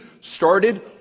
started